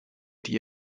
die